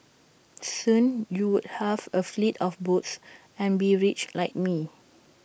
soon you'd have A fleet of boats and be rich like me